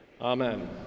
Amen